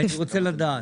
אני רוצה לדעת.